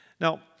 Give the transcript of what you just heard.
Now